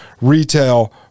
retail